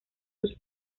sus